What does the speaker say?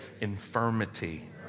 infirmity